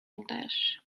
english